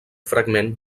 fragment